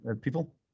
people